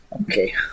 Okay